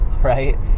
right